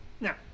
now